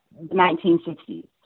1960s